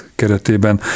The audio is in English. keretében